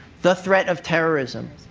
the threat of terrorism,